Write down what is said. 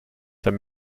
their